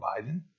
Biden